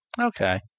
Okay